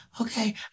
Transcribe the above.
okay